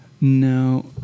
No